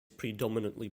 predominantly